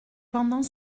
pendant